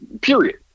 period